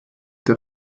der